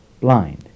blind